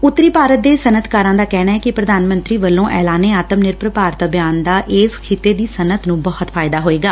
ਉੱਤਰੀ ਭਾਰਤ ਦੇ ਸਨੱਅਤਕਾਰਾਂ ਦਾ ਕਹਿਣੈ ਕਿ ਪ੍ਰਧਾਨ ਮੰਤਰੀ ਵੱਲੋਂ ਐਲਾਨੇ ਆਤਮ ਨਿਰਭਰ ਭਾਰਤ ਅਭਿਆਨ ਦਾ ਇਸ ਖ਼ਿੱਤੇ ਦੀ ਸਨੱਅਤ ਨੁੰ ਬਹੁਤ ਫਾਇਦਾ ਹੋਏਗਾ